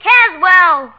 Caswell